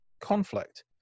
conflict